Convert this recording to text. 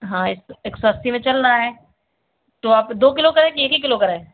हाँ एक एक सौ अस्सी में चल रहा है तो आप दो किलो करें कि एक ही किलो करें